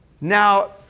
Now